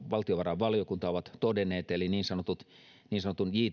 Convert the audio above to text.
valtiovarainvaliokunta ovat todenneet eli niin sanotun